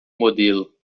modelo